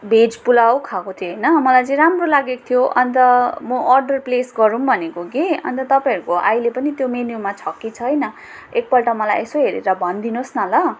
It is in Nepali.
भेज पुलाउ खाको थिएँ हैन मलाई चाहिँ राम्रो लागेको थियो अन्त मो अर्डर प्लेस गरूम् भनेको कि अन्त तपाईँहरको त्यो आइले पनि मेन्युमा छ कि छैन एकपल्ट मलाई एसो हेरेर भन्दिनोस् न ल